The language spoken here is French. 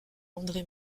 andré